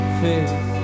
face